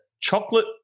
chocolate